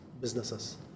businesses